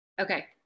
Okay